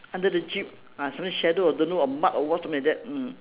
under the jeep ah something shadow or don't know or mud or what something like that mm